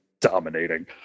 dominating